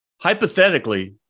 hypothetically